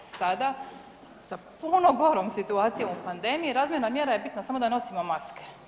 Sada sa puno gorom situacijom u pandemijom razmjerna mjera je bitna samo da nosimo maske.